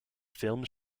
films